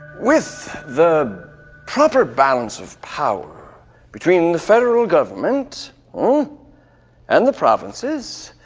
with the proper balance of power between the federal government um and the provinces,